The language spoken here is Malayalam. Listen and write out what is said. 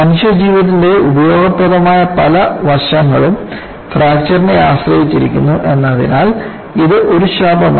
മനുഷ്യജീവിതത്തിന്റെ ഉപയോഗപ്രദമായ പല വശങ്ങളും ഫ്രാക്ചർനെ ആശ്രയിച്ചിരിക്കുന്നു എന്നതിനാൽ ഇത് ഒരു ശാപമല്ല